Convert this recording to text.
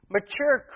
Mature